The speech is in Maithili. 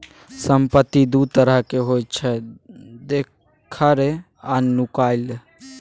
संपत्ति दु तरहक होइ छै देखार आ नुकाएल